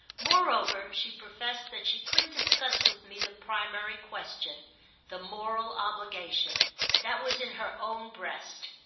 moreover she professed that she couldn't discuss with me the primary question the moral obligation that was in her own breast.